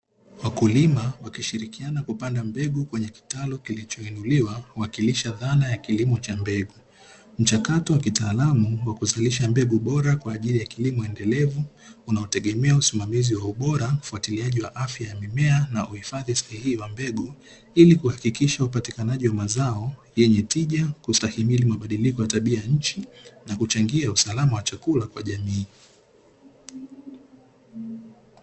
Wakulima wakishirikiana kupanda mbegu kwenye kitalu, kilichoinuliwa kuwakilisha dhana ya kilimo cha mbegu. Mchakato wa kitaalamu wa kuzalisha mbegu bora kwa ajili ya kilimo endelevu, unaotegemea usimamizi wa ubora, ufuatiliaji wa afya ya mimea na uhifadhi sahihi wa mbegu, ili kuhakikisha upatikanaji wa mazao yenye tija, kustahimili mabadiliko ya tabia ya nchi na kuchangia usalama wa chakula kwa jamii.